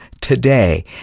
today